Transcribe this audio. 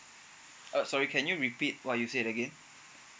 uh sorry can you repeat what you said again